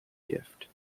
gift